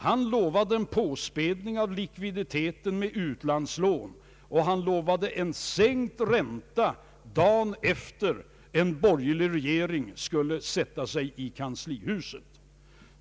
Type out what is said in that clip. Han lovade en påspädning av likviditeten med utlandslån, och han lovade en sänkt ränta dagen efter det att en borgerlig regering skulle sätta sig i kanslihuset.